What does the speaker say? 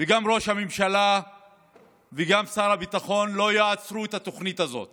וגם ראש הממשלה וגם שר הביטחון לא יעצרו את התוכנית הזאת,